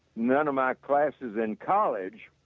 none of my classes in college.